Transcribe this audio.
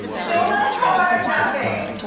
still no card, nothing,